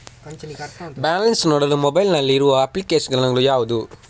Balance ನೋಡಲು mobile ನಲ್ಲಿ ಇರುವ ಅಪ್ಲಿಕೇಶನ್ ಗಳು ಯಾವುವು?